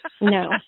No